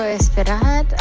esperar